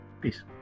Peace